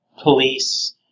police